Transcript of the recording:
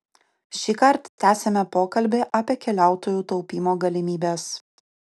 šįkart tęsiame pokalbį apie keliautojų taupymo galimybes